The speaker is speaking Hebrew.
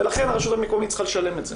ולכן הרשות המקומית צריכה לשלם את זה.